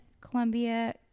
Columbia